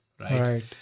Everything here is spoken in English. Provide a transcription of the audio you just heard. Right